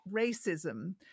racism